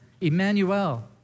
Emmanuel